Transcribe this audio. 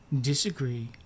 disagree